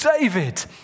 David